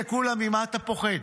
אם זה כולם, ממה אתה פוחד?